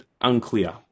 unclear